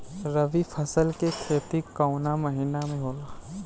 रवि फसल के खेती कवना महीना में होला?